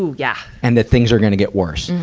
yeah! and that things are gonna get worse.